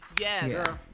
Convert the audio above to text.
Yes